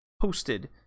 posted